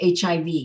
HIV